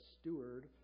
steward